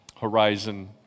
horizon